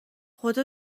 خدا